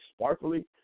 sparkly